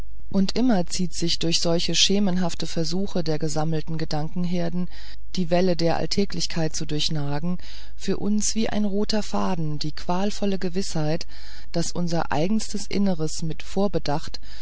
und immer zieht sich durch solche schemenhaften versuche der angesammelten gedankenherden die wälle der alltäglichkeit zu durchnagen für uns wie ein roter faden die qualvolle gewißheit daß unser eigenstes inneres mit vorbedacht